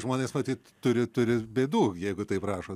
žmonės matyt turi turi bėdų jeigu taip rašo